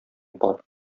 пар